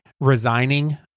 resigning